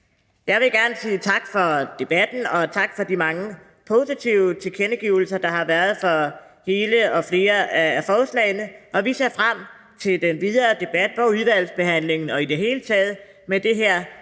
Jeg vil gerne sige tak for debatten og tak for de mange positive tilkendegivelser, der har været over for flere af forslagene, og vi ser frem til den videre debat og udvalgsbehandlingen og i det hele taget til debatten